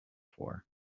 for